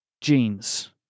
jeans